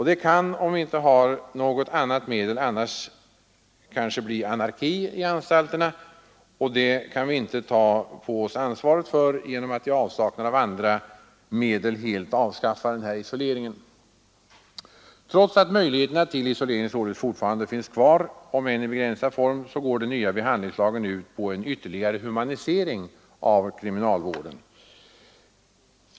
Det kan — om vi inte har något annat medel — annars bli anarki i anstalterna, och det kan vi inte ta på oss ansvaret för genom att i avsaknad av andra medel helt avskaffa isoleringen. Trots att möjligheterna till isolering således fortfarande finns kvar — om än i begränsad form — så går den nya behandlingslagen ut på en ytterligare humanisering av kriminalvården.